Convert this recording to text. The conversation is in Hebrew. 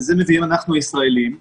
שאת זה הישראלים מביאים,